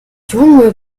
junge